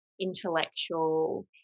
intellectual